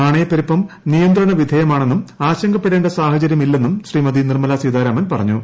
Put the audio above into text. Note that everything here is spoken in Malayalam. നാണയപ്പരുപാ നിയന്ത്രണ വിധേയമാണെന്നും ആശങ്കപ്പെടേണ്ട സാഹചര്യമില്ലെന്നും ശ്രീമതി നിർമല സീതാരാമൻ പറഞ്ഞു